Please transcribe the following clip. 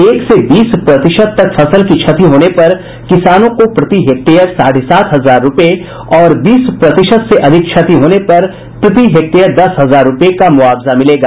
एक से बीस प्रतिशत तक फसल की क्षति होने पर किसानों को प्रति हेक्टेयर साढ़े सात हजार रूपये और बीस प्रतिशत से अधिक क्षति होने पर प्रति हेक्टेयर दस हजार रूपये का मुआवजा मिलेगा